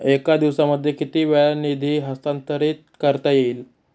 एका दिवसामध्ये किती वेळा निधी हस्तांतरीत करता येईल?